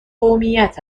قومیت